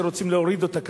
שרוצים להוריד אותה,